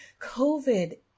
COVID